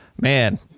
man